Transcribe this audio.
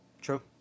True